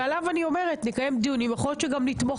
שלגביו נקיים דיונים ויכול להיות שגם נתמוך